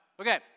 Okay